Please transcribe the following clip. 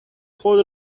خود